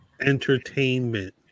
entertainment